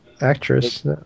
actress